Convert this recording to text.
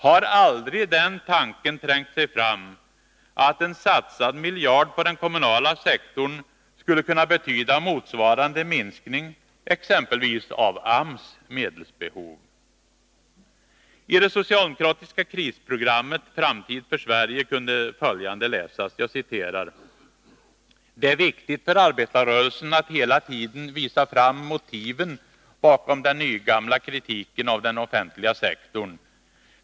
Har aldrig den tanken trängt sig fram, att en satsad miljard på den kommunala sektorn skulle kunna betyda motsvarande minskning av exempelvis AMS medelsbehov? I det socialdemokratiska krisprogrammet Framtid för Sverige kan följande läsas: ”Det är viktigt för arbetarrörelsen att hela tiden visa fram motiven bakom den nygamla kritiken av den offentliga sektorn.